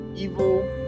evil